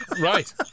Right